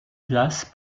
place